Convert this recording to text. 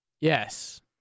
Yes